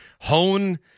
hone